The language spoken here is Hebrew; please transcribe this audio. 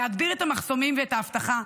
להגביר את המחסומים ואת האבטחה,